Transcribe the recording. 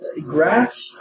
grass